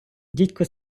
дідько